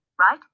right